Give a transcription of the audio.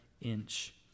inch